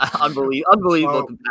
Unbelievable